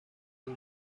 این